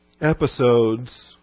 episodes